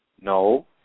No